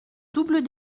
double